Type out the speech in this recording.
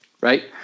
right